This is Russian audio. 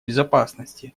безопасности